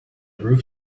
roof